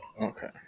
Okay